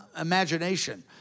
imagination